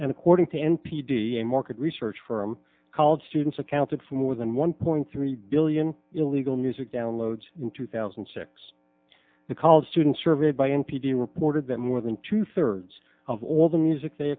and according to n p t a market research firm called students accounted for more than one point three billion illegal music downloads in two thousand and six the college students surveyed by n p v reported that more than two thirds of all the music they